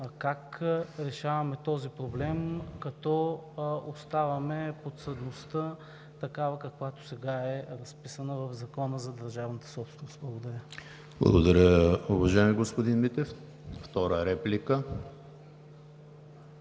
Как решаваме този проблем, като оставяме подсъдността такава, каквато сега е разписана в Закона за държавната собственост? Благодаря. ПРЕДСЕДАТЕЛ ЕМИЛ ХРИСТОВ: Благодаря Ви, уважаеми господин Митев. Втора реплика?